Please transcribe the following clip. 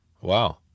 Wow